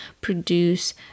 produce